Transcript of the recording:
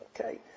okay